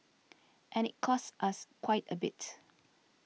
and it cost us quite a bit